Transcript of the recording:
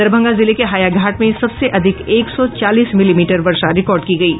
दरभंगा जिले के हाया घाट में सबसे अधिक एक सौ चालीस मिलीमीटर वर्षा रिकॉर्ड की गयी